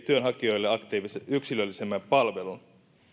työnhakijoille yksilöllisemmän palvelun